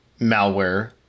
malware